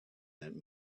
that